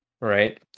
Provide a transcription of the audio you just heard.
Right